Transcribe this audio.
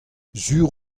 sur